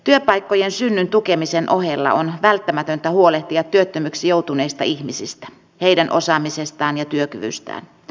työpaikkojen synnyn tukemisen ohella on välttämätöntä huolehtia työttömiksi joutuneista ihmisistä heidän osaamisestaan ja työkyvystään